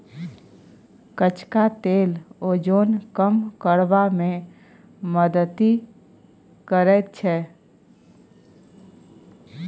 कचका तेल ओजन कम करबा मे मदति करैत छै